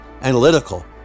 analytical